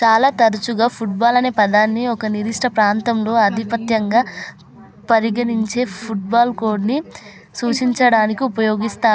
చాలా తరచుగా ఫుట్బాల్ అనే పదాన్ని ఒక నిర్దిష్ట ప్రాంతంలో ఆధిపత్యంగా పరిగణించే ఫుట్బాల్ కోడ్ను సూచించడానికి ఉపయోగిస్తారు